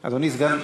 נמנעים.